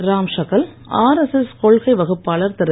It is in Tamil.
ராம்ஷகல் ஆர்எஸ்எஸ் கொன்கை வகுப்பாளர் திரு